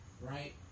right